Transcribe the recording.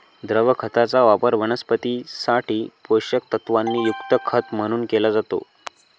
द्रव खताचा वापर वनस्पतीं साठी पोषक तत्वांनी युक्त खत म्हणून केला जातो